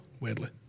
weirdly